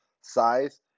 size